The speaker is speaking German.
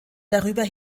darüber